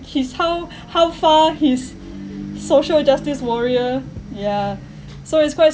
his how how far his social justice warrior yeah so it's quite